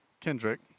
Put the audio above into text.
Kendrick